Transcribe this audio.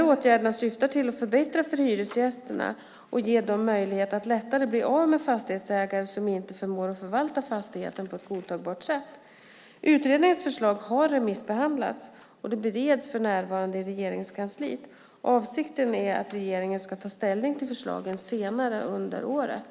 Åtgärderna syftar till att förbättra för hyresgästerna och ge dem möjlighet att lättare bli av med fastighetsägare som inte förmår förvalta fastigheten på ett godtagbart sätt. Utredningens förslag har remissbehandlats och bereds för närvarande inom Regeringskansliet. Avsikten är att regeringen ska ta ställning till förslagen senare under året.